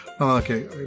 Okay